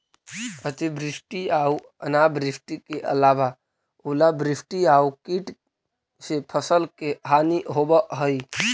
अतिवृष्टि आऊ अनावृष्टि के अलावा ओलावृष्टि आउ कीट से फसल के हानि होवऽ हइ